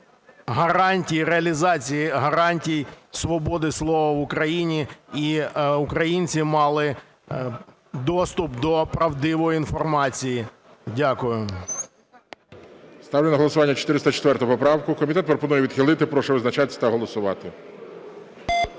гарантії, реалізації гарантій свободи слова в Україні і українці мали доступ до правдивої інформації. Дякую. ГОЛОВУЮЧИЙ. Ставлю на голосування 404 поправку, комітет пропонує відхилити. Прошу визначатися та голосувати.